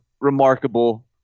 remarkable